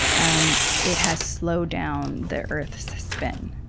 um it has slowed down the earth's spin.